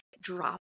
drop